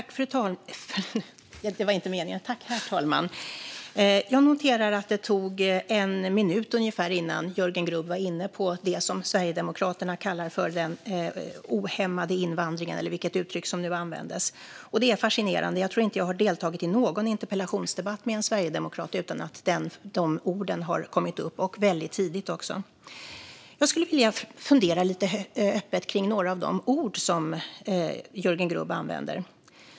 Herr talman! Jag noterar att det tog ungefär en minut innan Jörgen Grubb var inne på det som Sverigedemokraterna kallar för den ohämmade invandringen eller vilket uttryck som nu användes. Det är fascinerande. Jag tror inte att jag har deltagit i någon interpellationsdebatt med en sverigedemokrat utan att de orden har kommit upp och det väldigt tidigt. Jag skulle vilja fundera lite öppet kring några av de ord som Jörgen Grubb använder.